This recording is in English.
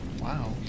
Wow